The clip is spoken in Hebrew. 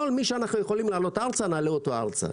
כל מי שאנחנו יכולים להעלות ארצה, נעלה אותו ארצה.